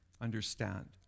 understand